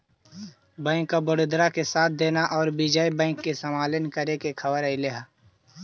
bank of Baroda के साथ देना औउर विजय बैंक के समामेलन करे के खबर अले हई